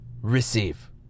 Receive